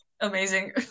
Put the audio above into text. Amazing